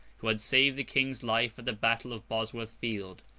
who had saved the king's life at the battle of bosworth field.